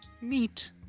Neat